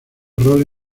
rol